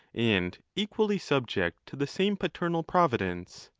and equally subject to the same paternal providence.